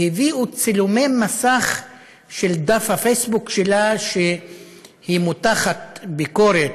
והביאו צילומי מסך של דף הפייסבוק שלה שהיא מותחת ביקורת